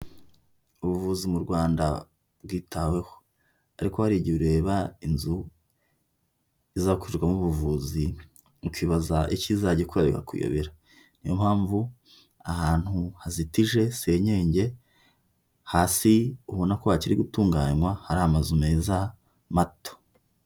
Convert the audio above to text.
Ubuvuzi mu Rwanda bwitaweho, ariko hari igihe ureba inzu izakorerwamo ubuvuzi ukibaza icyo izajya igikora bikakuyobera niyo mpamvu ahantu hazitije senyenge hasi ubona ko hakiri gutunganywa hari amazu meza mato.